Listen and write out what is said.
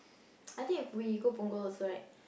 I think if we go Punggol is alright